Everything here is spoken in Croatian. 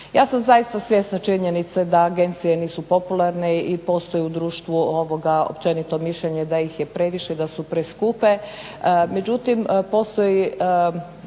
Ja sam zaista svjesna činjenice da agencije nisu popularne i postoji u društvu općenito mišljenje da ih je previše da su preskupe, međutim postoji